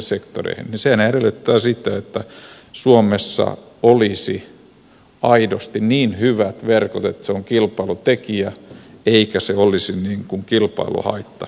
sehän edellyttää sitä että suomessa olisi aidosti niin hyvät verkot että se on kilpailutekijä eikä kilpailuhaitta